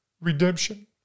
Redemption